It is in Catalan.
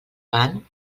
fan